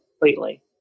completely